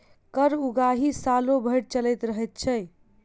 कर उगाही सालो भरि चलैत रहैत छै